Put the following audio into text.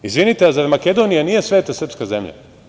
Izvinite, zar Makedonija nije sveta srpska zemlja?